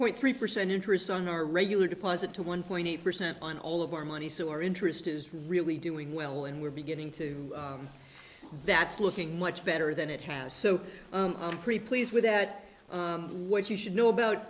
nt three percent interest on our regular deposit to one point eight percent on all of our money so our interest is really doing well and we're beginning to that's looking much better than it has so i'm pretty pleased with that what you should know about